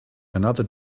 another